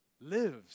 lives